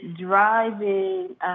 driving